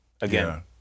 again